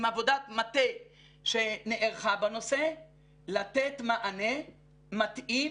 עם עבודת מטה שנערכה בנושא לתת מענה מתאים